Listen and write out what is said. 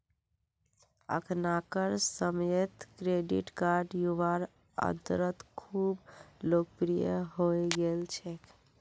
अखनाकार समयेत credit card युवार अंदरत खूब लोकप्रिये हई गेल छेक